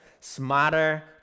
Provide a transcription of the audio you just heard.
smarter